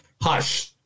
Hush